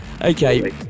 Okay